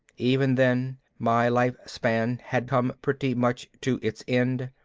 even then my life-span had come pretty much to its end.